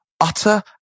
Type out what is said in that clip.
utter